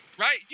right